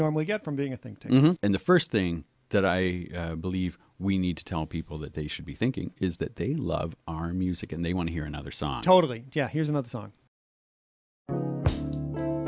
normally get from being i think in the first thing that i believe we need to tell people that they should be thinking is that they love our music and they want to hear another song totally yeah here's another